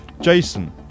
Jason